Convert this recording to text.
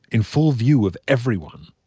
in full view of everyone.